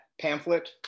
pamphlet